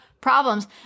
problems